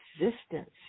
existence